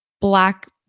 black